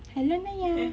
hello nanya